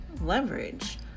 leverage